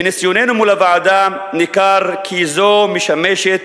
מניסיוננו מול הוועדה ניכר כי זו משמשת